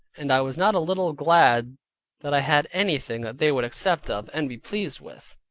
and i was not a little glad that i had anything that they would accept of, and be pleased with.